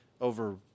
over